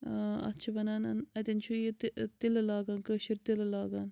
ٲں اَتھ چھِ وَنان ٲں اَتیٚن چھُ یہِ تہِ تِلہٕ لاگان کٲشُر تِلہٕ لاگان